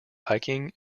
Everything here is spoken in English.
hiking